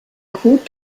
kot